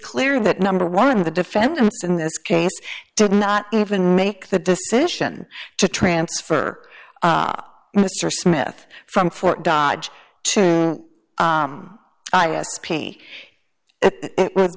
clear that number one the defendants in this case did not even make the decision to transfer mr smith from fort dodge to i s p it w